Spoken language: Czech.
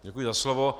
Děkuji za slovo.